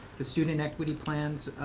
the student equity plans,